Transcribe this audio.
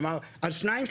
כלומר על שניים,